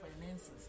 Finances